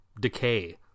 decay